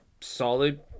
solid